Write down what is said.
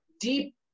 deep